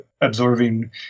absorbing